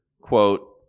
quote